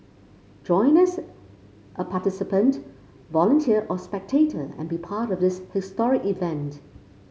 join us a participant volunteer or spectator and be part of this historic event